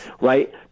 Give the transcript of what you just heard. right